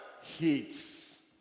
heats